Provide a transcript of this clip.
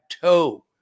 toe